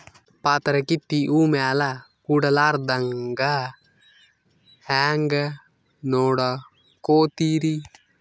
ಪಾತರಗಿತ್ತಿ ಹೂ ಮ್ಯಾಲ ಕೂಡಲಾರ್ದಂಗ ಹೇಂಗ ನೋಡಕೋತಿರಿ?